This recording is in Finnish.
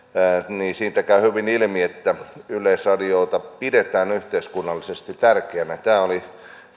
käy hyvin ilmi että yleisradiota pidetään yhteiskunnallisesti tärkeänä tämä oli